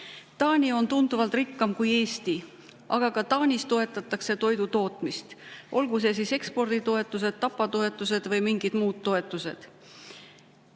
Taani on tunduvalt rikkam kui Eesti, aga ka Taanis toetatakse toidutootmist, olgu siis eksporditoetuste, tapatoetuste või mingite muude toetustega.